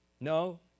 No